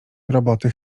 roboty